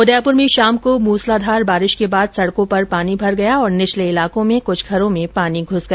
उदयपुर में शाम को मूसलाधार बारिश के बाद सडको पर पानी भर गया और निचले इलाकों के कुछ घरों में पानी घुस गया